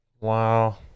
Wow